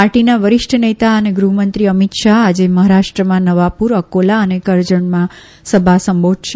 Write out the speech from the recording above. પાર્ટીના વરિષ્ઠ નેતા અને ગૃહ મંત્રી અમીત શાહ આજે મહારાષ્ટ્રમાં નવાપુર અકોલા અને કરજતમાં સભા સંબોધશે